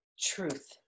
truth